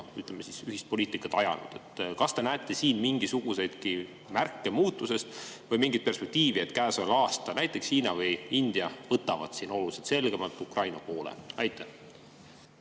meiega ühist poliitikat ajanud. Kas te näete siin mingisuguseidki märke muutusest või mingit perspektiivi, et käesoleval aastal näiteks Hiina või India valivad oluliselt selgemalt Ukraina poole? Aitäh!